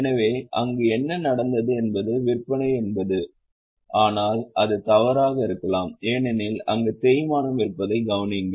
எனவே அங்கு என்ன நடந்தது என்பது விற்பனை என்பது ஆனால் அது தவறாக இருக்கலாம் ஏனெனில் அங்கு தேய்மானம் இருப்பதை கவனியுங்கள்